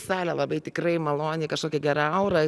salė labai tikrai maloni kažkokia gera aura